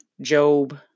Job